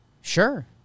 Sure